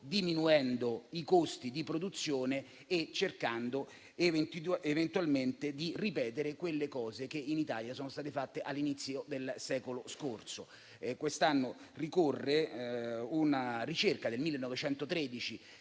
diminuendo i costi di produzione e cercando eventualmente di ripetere quelle cose che in Italia sono state fatte all'inizio del secolo scorso. Quest'anno ricorre una ricerca del 1913,